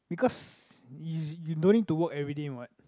because you you don't need to work everyday what